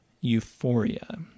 euphoria